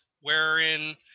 wherein